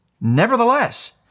Nevertheless